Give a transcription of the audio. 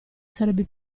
sarebbe